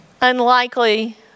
Unlikely